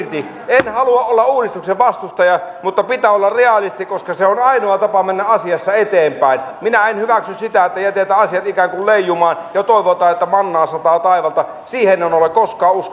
en halua olla uudistuksen vastustaja mutta pitää olla realisti koska se on ainoa tapa mennä asiassa eteenpäin minä en hyväksy sitä että jätetään asiat ikään kuin leijumaan ja toivotaan että mannaa sataa taivaalta siihen en ole koskaan uskonut